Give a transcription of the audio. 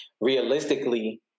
realistically